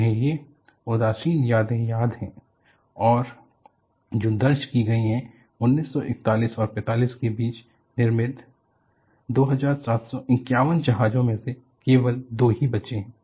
उन्हें ये उदासीन यादें याद है और जो दर्ज की गई हैं 1941 और 45 के बीच निर्मित 2751 जहाजों में से केवल दो ही बचे हैं